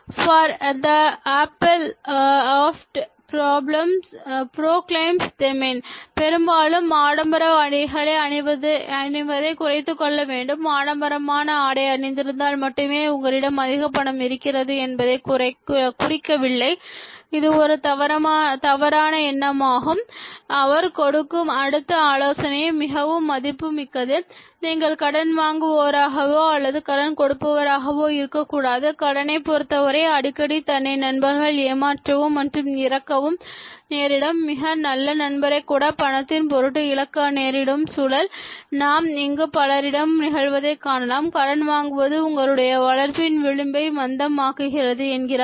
"For the apparel oft proclaims the man" அதாவது "ஆடை பெரும்பாலும் மனிதனை அறிவிக்கிறது பெரும்பாலும் ஆடம்பர ஆடைகளை அணிவதை குறைத்துக்கொள்ள வேண்டும் ஆடம்பரமான ஆடை அணிந்திருந்தால் மட்டுமே உங்களிடம் அதிக பணம் இருக்கிறது என்பதை குறிக்கவில்லை இது ஒரு தவறான எண்ணமாகும் அவர் கொடுக்கும் அடுத்த ஆலோசனையும் மிகவும் மதிப்பு மிக்கது நீங்கள் கடன் வாங்குபவராகவோ அல்லது கடன் கொடுப்பவராகவோ இருக்கக்கூடாது கடனைப் பொறுத்தவரை அடிக்கடி தன்னை நண்பர்கள் ஏமாற்றவும் அல்லது இறக்கவும் நேரிடும் மிக நல்ல நண்பரை கூட பணத்தின் பொருட்டு இழக்க நேரிடும் சூழல் நாம் இங்கு பலரிடம் நிகழ்வதைக் காணலாம் கடன் வாங்குவது உங்களுடைய வளர்ப்பின் விளிம்பை மந்தம் ஆக்குகிறது என்கிறார்